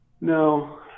no